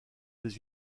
des